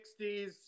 60s